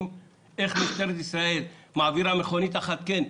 איך משטרת ישראל מעבירה מכונית אחת כן,